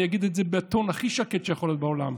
אני אגיד את זה בטון הכי שקט שיכול להיות בעולם.